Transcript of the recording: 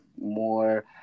more